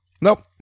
nope